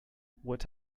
what